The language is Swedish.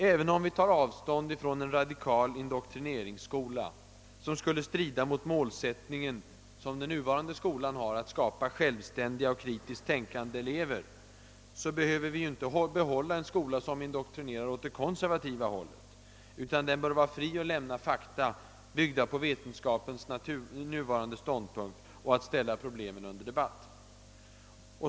Även om vi tar avstånd från en radikal indoktrineringsskola, som skulle strida mot den målsättning som den nuvarande skolan har, nämligen att skapa självständiga och kritiskt tänkande elever, behöver vi inte behålla en skola som indoktrinerar åt det konservativa hållet, utan den bör vara fri att lämna fakta, byggda på vetenskapens nuvarande ståndpunkt, och att ställa problemen under debatt.